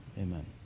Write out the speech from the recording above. Amen